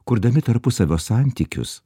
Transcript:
kurdami tarpusavio santykius